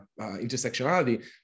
intersectionality